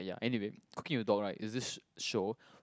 ya anyway Cooking with Dog right is this show